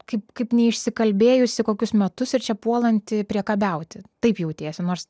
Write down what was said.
kaip kaip neišsikalbėjusi kokius metus ir čia puolanti priekabiauti taip jautiesi nors